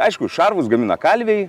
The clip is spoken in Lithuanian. aišku šarvus gamina kalviai